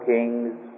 King's